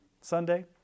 Sunday